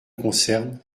concerne